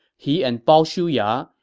he and bao shuya,